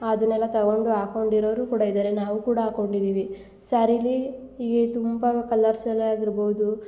ಅದನ್ನೆಲ್ಲ ತಗೊಂಡು ಹಾಕೊಂಡು ಇರೋರು ಕೂಡ ಇದ್ದಾರೆ ನಾವು ಕೂಡ ಹಾಕೊಂಡಿದ್ದೀವಿ ಸ್ಯಾರಿಲಿ ಹೀಗೆ ತುಂಬ ಕಲರ್ಸಲ್ಲಿ ಆಗಿರ್ಬೋದು